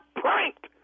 pranked